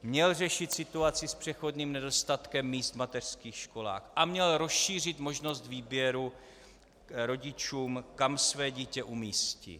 Měl řešit situaci s přechodným nedostatkem míst v mateřských školách a měl rozšířit možnost výběru rodičům, kam své dítě umístit.